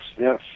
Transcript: yes